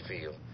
feel